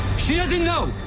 she doesn't know!